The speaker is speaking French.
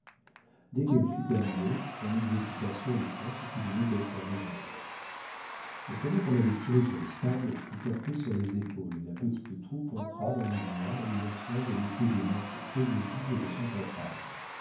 dès qu'elle fut terminée on exécuta sur-le-champ ce qui venait d'être résolu le canot qu'on avait tiré sur le sable fut porté sur les épaules et la petite troupe entra dans le bois en ayant soin de laisser des marques très visibles de son passage